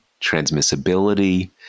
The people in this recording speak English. transmissibility